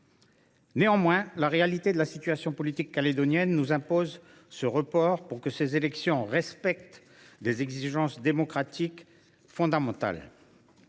Néanmoins, la réalité de la situation politique calédonienne nous impose ce report pour que ces élections respectent des exigences démocratiques fondamentales.